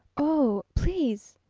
oh, please,